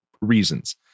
reasons